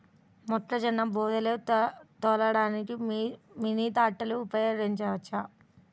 మొక్కజొన్న బోదెలు తోలడానికి మినీ ట్రాక్టర్ ఉపయోగించవచ్చా?